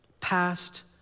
past